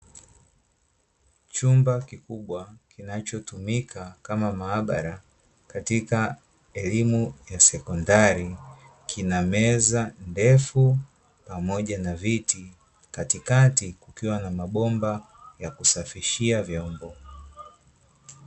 Chumba kikubwa kinachotumika kama maabara katika elimu ya sekondari, kina meza ndefu pamoja na viti katikati kukiwa na mabomba ya kusafishia vyombo.